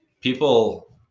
people